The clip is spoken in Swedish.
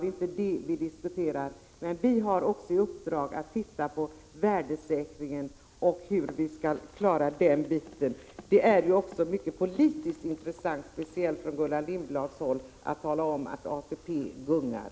Det är inte det vi diskuterar, men pensionsberedningen har också i uppdrag att studera värdesäkringen och hur vi skall klara den. Men det är ju också politiskt mycket intressant, speciellt från Gullan Lindblads håll, att tala om att ATP gungar.